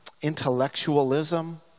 intellectualism